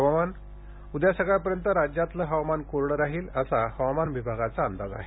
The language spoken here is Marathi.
हवामान उद्या सकाळपर्यंत राज्यात हवामान कोरडं राहील असा हवामान विभागाचा अंदाज आहे